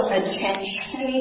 attention